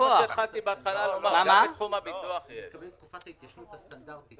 הוא מתכוון לתקופת ההתיישנות הסטנדרטית.